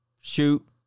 shoot